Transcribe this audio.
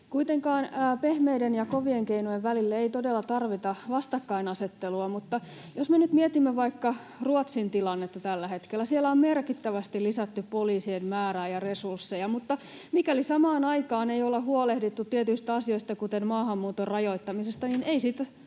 Kuitenkaan pehmeiden ja kovien keinojen välille ei todella tarvita vastakkainasettelua. Mutta jos me nyt mietimme vaikka Ruotsin tilannetta tällä hetkellä: Siellä on merkittävästi lisätty poliisien määrää ja resursseja, mutta mikäli samaan aikaan ei olla huolehdittu tietyistä asioista, kuten maahanmuuton rajoittamisesta, niin ei siitä